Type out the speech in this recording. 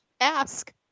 ask